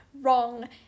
wrong